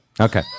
Okay